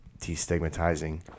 destigmatizing